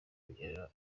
kunyerera